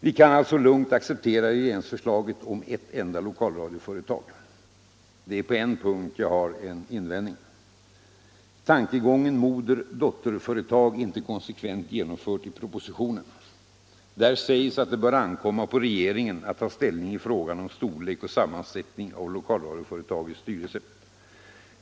Vi kan alltså lugnt acceptera regeringsförslaget om ett enda lokalradioföretag. På en punkt har jag dock en invändning. Tankegången moder-dotterföretag är inte konsekvent genomförd i propositionen. Där sägs att det bör ankomma på regeringen att ta ställning i frågan om storlek och sammansättning av lokalradioföretagets styrelse.